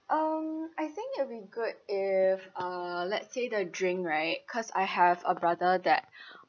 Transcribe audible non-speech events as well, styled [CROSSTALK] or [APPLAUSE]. um I think it'll be good if uh let's say the drink right cause I have a brother that [BREATH]